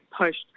pushed